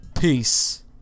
Peace